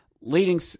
Leading